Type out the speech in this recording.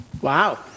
wow